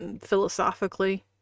philosophically